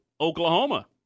Oklahoma